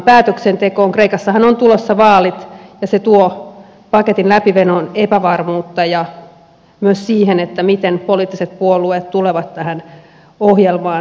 kreikassahan on tulossa vaalit ja se tuo paketin läpimenoon epävarmuutta ja myös siihen miten poliittiset puolueet tulevat tähän ohjelmaan sitoutumaan